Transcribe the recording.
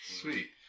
sweet